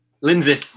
Lindsay